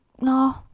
No